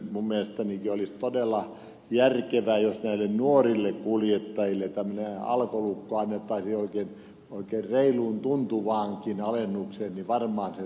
minun mielestäni olisi todella järkevää jos näille nuorille kuljettajille tämmöinen alkolukko annettaisiin oikein reilun tuntuvallakin alennuksella